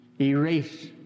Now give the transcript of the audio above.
erase